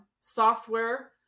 software